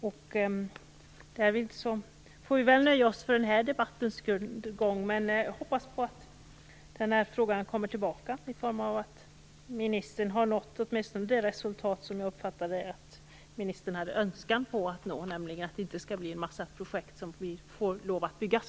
Därmed får vi väl nöja oss för den här debatten. Jag hoppas att den här frågan kommer tillbaka och att ministern då har nått åtminstone det resultat som jag uppfattade att hon ville nå, nämligen att det inte blir en massa projekt som får lov att byggas.